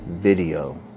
video